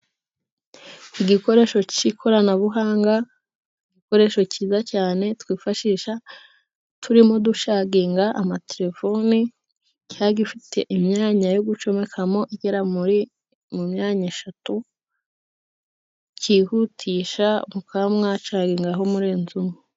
Igikoresho cy'ikoranabuhanga igikoresho cyiza cyane twifashisha turimo ducaginga amatelefoni kiba gifite imyanya yo gucomekamo igera muri mu myanya eshatu kihutisha mukaba mwacagingaho murenze umwe.